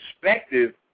perspective